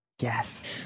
Yes